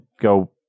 go